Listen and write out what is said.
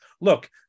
Look